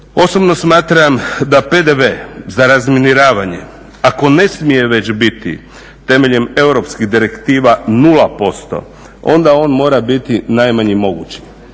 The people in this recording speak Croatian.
Osobno smatram da PDV za razminiravanje, ako ne smije već biti temeljem europskih direktiva 0%, onda on mora biti najmanji mogući.